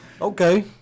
Okay